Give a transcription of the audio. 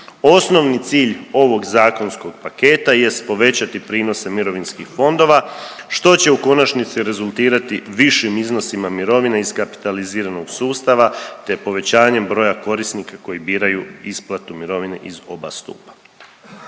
Osnovni cilj ovog zakonskog paketa jest povećati prinose mirovinskih fondova što će u konačnici rezultirati višim iznosima mirovina iz kapitaliziranog sustava te povećanjem broja korisnika koji biraju isplatu mirovine iz oba stupa.